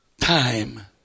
time